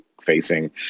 facing